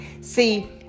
See